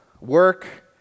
work